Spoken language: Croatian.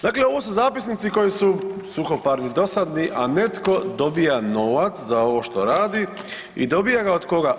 Dakle ovo su zapisnici koji su suhoparni, dosadni, a netko dobija novac za ovo što radi i dobija ga od koga?